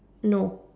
no